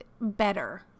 better